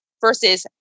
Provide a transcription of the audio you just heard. versus